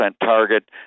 target